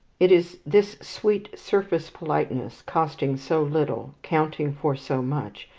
it is this sweet surface politeness, costing so little, counting for so much,